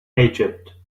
egypt